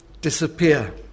disappear